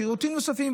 שירותים נוספים,